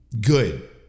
good